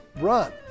run